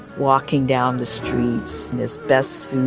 walking down the streets in his best